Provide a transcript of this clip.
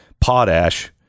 potash